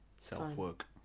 self-work